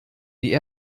wie